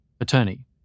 Attorney